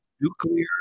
Nuclear